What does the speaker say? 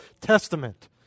Testament